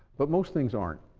but most things aren't.